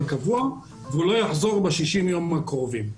הקבוע והם לא יחזרו ב-60 הימים הקרובים.